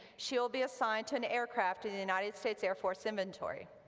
she will be assigned to an aircraft in the united states air force inventory.